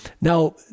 Now